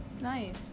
Nice